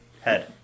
head